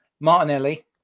Martinelli